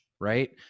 right